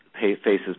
faces